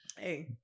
Hey